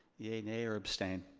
yeah nay or abstain?